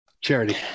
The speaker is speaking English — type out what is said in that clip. Charity